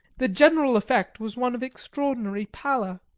the general effect was one of extraordinary pallor.